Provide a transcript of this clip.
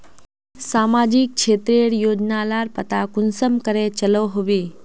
सामाजिक क्षेत्र रेर योजना लार पता कुंसम करे चलो होबे?